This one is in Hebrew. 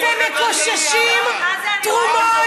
הולכים ומקוששים תרומות.